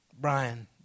Brian